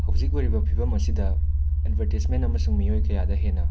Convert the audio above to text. ꯍꯧꯖꯤꯛ ꯑꯣꯏꯔꯤꯕ ꯐꯤꯕꯝ ꯑꯁꯤꯗ ꯑꯦꯠꯚꯔꯇꯤꯁꯃꯦꯟ ꯑꯃꯁꯨꯡ ꯃꯤꯑꯣꯏ ꯀꯌꯥꯗ ꯍꯦꯟꯅ